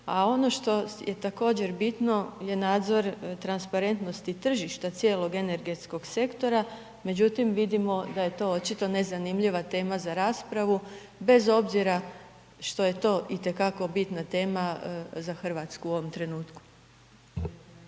A ono što je također bitno je nadzor transparentnosti tržišta cijelog energetskog sektora međutim vidimo da je to očito nezanimljiva tema za raspravu bez obzira što je to itekako bitna tema za Hrvatsku u ovom trenutku.